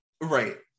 right